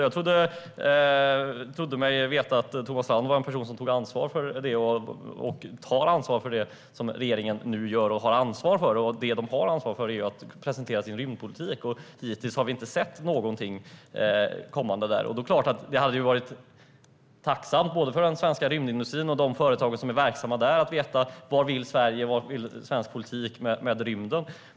Jag trodde mig veta att Thomas Strand är en person som tar ansvar för det som regeringen nu gör och har ansvar för, och det som den har ansvar för är ju att presentera sin rymdpolitik. Hittills har vi inte sett någonting kommande där. Det är klart att det hade varit tacknämligt för den svenska rymdindustrin och de företag som är verksamma där att veta vad Sverige vill och vad svensk politik vill med rymden.